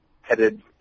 headed